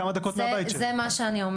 חלק מהקופות הוציאו